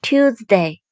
Tuesday